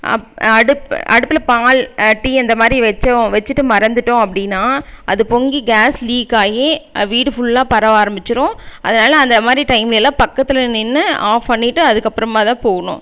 அப் அடுப் அடுப்பில் பால் டீ அந்த மாரி வச்சோம் வச்சிட்டு மறந்துவிட்டோம் அப்படின்னா அது பொங்கி கேஸ் லீக் ஆகி வீடு ஃபுல்லாக பரவ ஆரமிச்சிரும் அதனால் அந்த மாரி டைம்லெல்லாம் பக்கத்தில் நின்னு ஆஃப் பண்ணிவிட்டு அதுக்கப்பறமாக தான் போகணும்